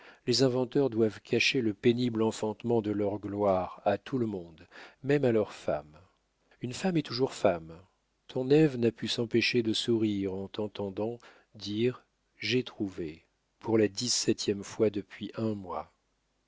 les inventeurs doivent cacher le pénible enfantement de leur gloire à tout le monde même à leurs femmes une femme est toujours femme ton ève n'a pu s'empêcher de sourire en t'entendant dire j'ai trouvé pour la dix-septième fois depuis un mois